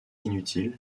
inutile